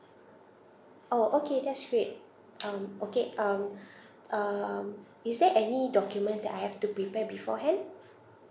orh okay that's great um okay um um is there any documents that I have to prepare beforehand